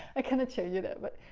ah cannot show you that but.